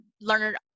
learned